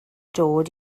dod